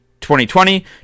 2020